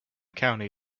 county